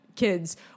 kids